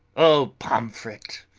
o pomfret,